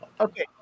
Okay